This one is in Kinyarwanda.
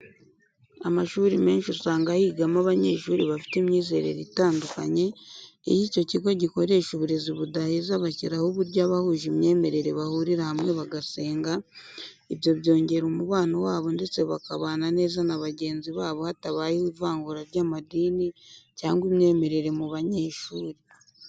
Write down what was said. Amashuri menshi usanga higamo abanyeshuri bafite imyizerere itandukanye, iyo icyo kigo gikoresha uburezi budaheza bashyiraho uburyo abahuje imyemerere bahurira hamwe bagasenga, ibyo byongera umubano wabo ndetse bakabana neza na bagenzi babo hatabayeho ivangura ry'amadini cyangwa imyemerere mu banyeshuri.